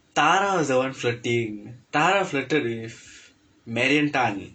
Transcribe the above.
thara was the [one] flirting thara flirted with merin tan